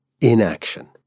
inaction